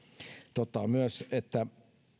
totta on myös että